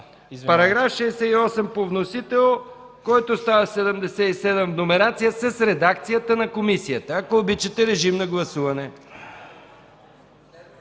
Параграф 68 по вносител, който става 77 с редакцията на комисията. Ако обичате, режим на гласуване.